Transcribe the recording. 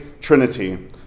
trinity